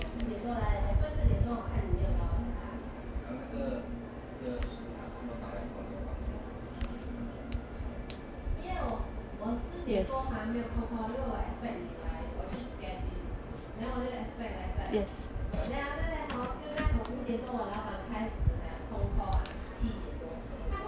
yes yes